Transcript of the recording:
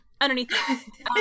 underneath